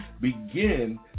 begin